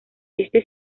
este